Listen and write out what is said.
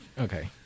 Okay